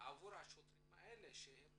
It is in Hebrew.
לשוטרים האלה.